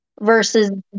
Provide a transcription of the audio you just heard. Versus